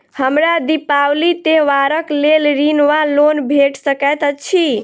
हमरा दिपावली त्योहारक लेल ऋण वा लोन भेट सकैत अछि?